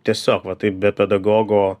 tiesiog va taip be pedagogo